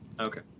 Okay